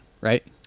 right